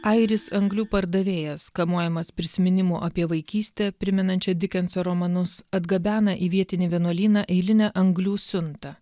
airis anglių pardavėjas kamuojamas prisiminimų apie vaikystę primenančią dikenso romanus atgabena į vietinį vienuolyną eilinę anglių siuntą